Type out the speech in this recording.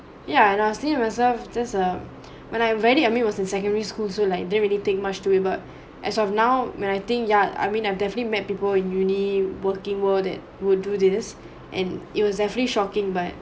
ya and I was thinking to myself this a when I read it I mean I was in secondary schools so like didn't really think much to it but as of now man I think ya I mean I've definitely met people in uni working world that would do this and it was definitely shocking but